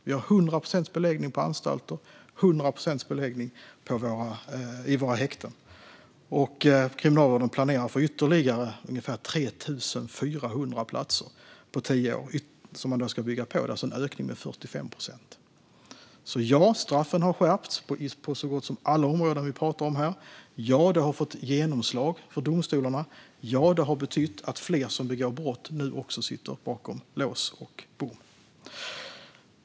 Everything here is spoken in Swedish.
Vi har 100 procents beläggning på anstalter och 100 procents beläggning i våra häkten, och Kriminalvården planerar att bygga ut med ytterligare ungefär 3 400 platser på tio år, alltså en ökning med 45 procent. Ja, straffen har skärpts på så gott som alla områden vi pratar om här. Ja, det har fått genomslag i domstolarna. Ja, det har betytt att fler som begår brott nu sitter bakom lås och bom.